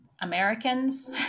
Americans